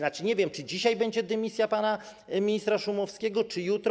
Nie wiem, czy dzisiaj będzie dymisja pana ministra Szumowskiego, czy jutro.